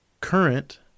current